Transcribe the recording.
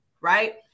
Right